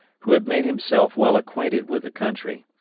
who had made himself well acquainted with the country,